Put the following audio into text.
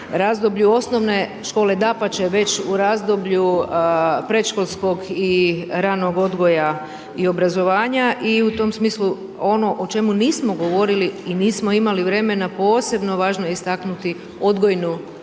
razdoblju osnovne škole, dapače već u razdoblju predškolskog i radnog odgoja i obrazovanja i u tom smislu ono o čemu nismo govorili i nismo imali vremena posebno važno je istaknuti odgojnu,